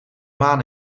maan